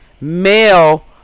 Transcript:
male